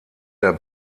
der